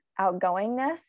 outgoingness